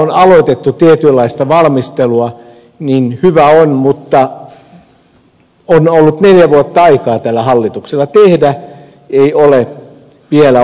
on aloitettu tietynlaista valmistelua hyvä on mutta on ollut neljä vuotta aikaa tällä hallituksella tehdä ei ole vielä oikein ehtinyt